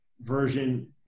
version